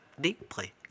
deeply